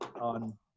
on